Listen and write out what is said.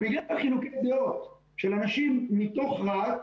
ובגלל חילוקי דעות של אנשים מתוך רהט,